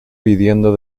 pidiendo